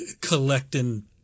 collecting